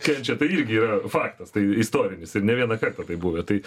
kenčia tai irgi yra faktas tai istorinis ir ne vieną kartą taip buvę tai